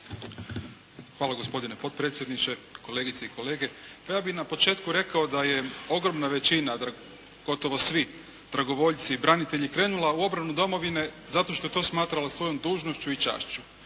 Hvala gospodine potpredsjedniče, kolegice i kolege. Pa ja bih na početku rekao da je ogromna većina od gotovo svih dragovoljci i branitelji krenula u obranu domovine zato što je to smatrala svojom dužnošću i čašću.